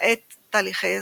מאט את תהליך ההזדקנות,